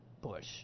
Bush